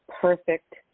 perfect